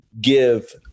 give